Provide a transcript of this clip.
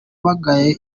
bagaye